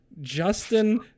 Justin